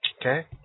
okay